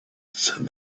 said